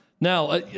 Now